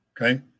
Okay